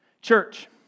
Church